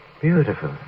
Beautiful